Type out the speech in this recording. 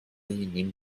nehmen